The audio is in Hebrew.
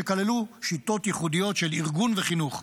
שכללו שיטות ייחודיות של ארגון וחינוך.